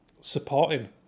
supporting